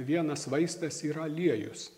vienas vaistas yra aliejus